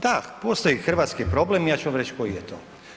Da, postoji hrvatski problem, ja ću vam reći koji je to.